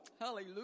Hallelujah